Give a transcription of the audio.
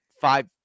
five